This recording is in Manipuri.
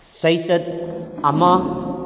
ꯆꯩꯆꯠ ꯑꯃ